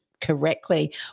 correctly